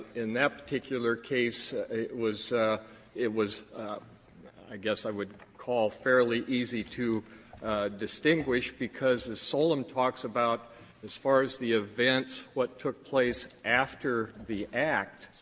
in that particular case, it was it was i guess i would call fairly easy to distinguish because, as solem talks about as far as the events, what took place after the act,